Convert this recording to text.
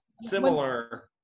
similar